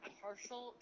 partial